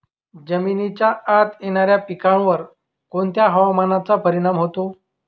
जमिनीच्या आत येणाऱ्या पिकांवर कोणत्या हवामानाचा परिणाम होतो?